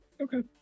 Okay